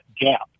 gap